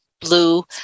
blue